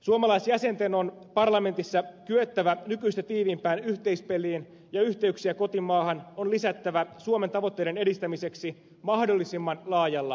suomalaisjäsenten on parlamentissa kyettävä nykyistä tiiviimpään yhteispeliin ja yhteyksiä kotimaahan on lisättävä suomen tavoitteiden edistämiseksi mahdollisimman laajalla rintamalla